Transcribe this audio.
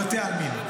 בבתי העלמין?